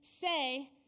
say